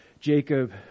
Jacob